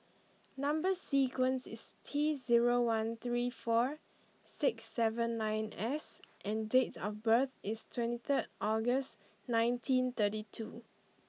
number sequence is T zero one three four six seven nine S and date of birth is twenty third August nineteen thirty two